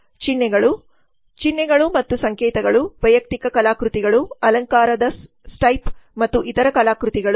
ಚಿಹ್ನೆಗಳು ಚಿಹ್ನೆಗಳು ಮತ್ತು ಸಂಕೇತಗಳು ವೈಯಕ್ತಿಕ ಕಲಾಕೃತಿಗಳು ಅಲಂಕಾರದ ಸ್ಟೈಪ್ ಮತ್ತು ಇತರ ಕಲಾಕೃತಿಗಳು